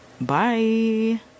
Bye